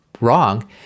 wrong